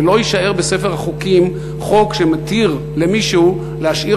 ולא יישאר בספר החוקים חוק שמתיר למישהו להשאיר